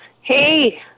Hey